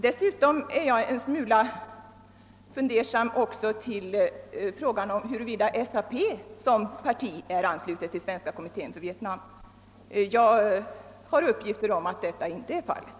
Dessutom är jag en smula fundersam i fråga om huruvida SAP som parti är anslutet till Svenska kommittén för Vietnam. Jag har uppgifter om att så inte är fallet.